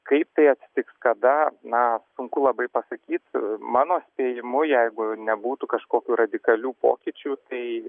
kaip tai atsitiks kada na sunku labai pasakyt mano spėjimu jeigu nebūtų kažkokių radikalių pokyčių tai